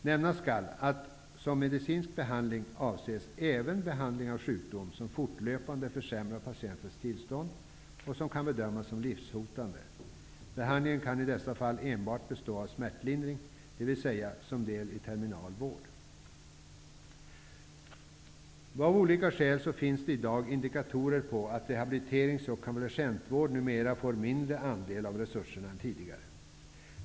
Nämnas skall att som medicinsk behandling avses även behandling av sjukdom som fortlöpande försämrat patientens tillstånd och som kan bedömas som livshotande. Behandlingen kan i dessa fall enbart bestå av smärtlindring, dvs. som ett led i terminal vård. Av olika skäl finns det i dag indikatorer på att rehabiliterings och konvalescensvård numera får mindre andel av resurserna än tidigare.